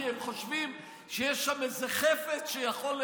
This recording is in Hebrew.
כי הם חושבים שיש שם איזה חפץ שיכול להיעלם?